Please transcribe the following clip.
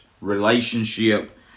relationship